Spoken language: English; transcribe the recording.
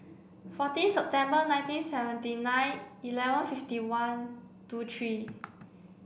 fourteen September nineteen seventy nine eleven fifty one two three